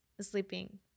sleeping